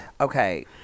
Okay